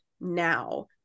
now